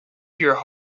your